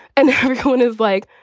and kind of like,